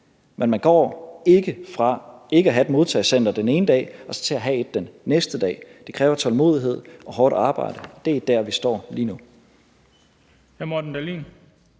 Men man går ikke fra ikke at have et modtagecenter den ene dag og så til at have et den næste dag. Det kræver tålmodighed og hårdt arbejde, og det er dér, vi står lige nu.